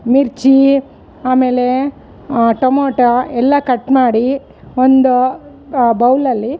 ಮಿರ್ಚಿ ಆಮೇಲೆ ಟಮೋಟ ಎಲ್ಲ ಕಟ್ ಮಾಡಿ ಒಂದು ಬೌಲಲ್ಲಿ